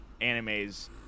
animes